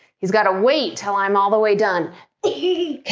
he's gotta wait til i'm all the way done he